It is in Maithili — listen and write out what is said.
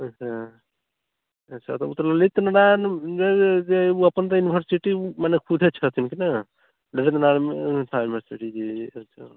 अच्छा अच्छा ओ तऽ ललित नारायण जे जे ओ अपन यूनिवर्सिटी मने खुदे छथिन कि ने ललित नारायण मिथिला यूनिवर्सिटी जी अच्छा